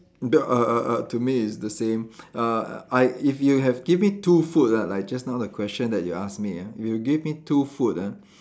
the uh uh uh to me it's the same uh I if you have give me two food ah like just now the question that you asked me ah if you have give me two food ah